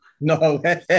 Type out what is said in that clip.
no